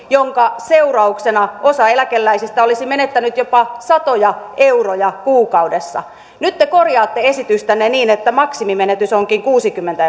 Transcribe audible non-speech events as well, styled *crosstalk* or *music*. minkä seurauksena osa eläkeläisistä olisi menettänyt jopa satoja euroja kuukaudessa nyt te korjaatte esitystänne niin että maksimimenetys onkin kuusikymmentä *unintelligible*